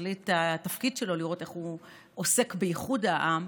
שתכלית התפקיד שלו היא לראות איך הוא עוסק באיחוד העם,